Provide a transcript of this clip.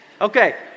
Okay